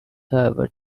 however